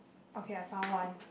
okay I found one